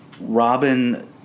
Robin